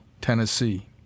Tennessee